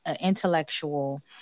intellectual